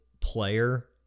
player